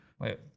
Wait